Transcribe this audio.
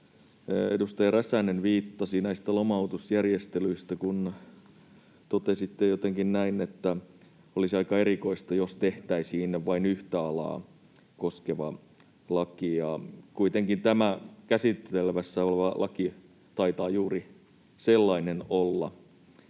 edustaja Räsänen viittasi, näistä lomautusjärjestelyistä, kun totesitte jotenkin näin, että olisi aika erikoista, jos tehtäisiin vain yhtä alaa koskeva laki, ja kuitenkin tämä käsittelyssä oleva laki taitaa juuri sellainen olla.